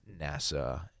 NASA